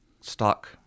stock